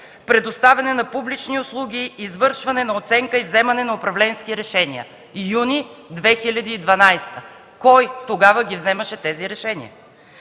предоставяне на публични услуги и извършване на оценка и вземане на управленски решения.” – юни 2012 г. Кой тогава ги вземаше тези решения?